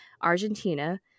Argentina